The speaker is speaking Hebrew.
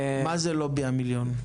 מה זה לובי המיליון?